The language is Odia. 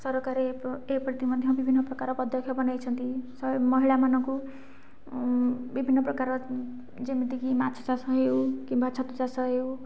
ସରକାର ଏ ଏପ୍ରତି ମଧ୍ୟ ବିଭିନ୍ନ ପ୍ରକାର ପଦକ୍ଷେପ ନେଇଛନ୍ତି ମହିଳାମାନଙ୍କୁ ବିଭିନ୍ନ ପ୍ରକାର ଯେମିତିକି ମାଛ ଚାଷ ହେଉ କିମ୍ବା ଛତୁ ଚାଷ ହେଉ